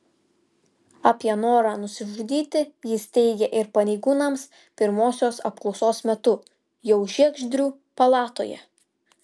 apie norą nusižudyti jis teigė ir pareigūnams pirmosios apklausos metu jau žiegždrių palatoje